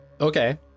Okay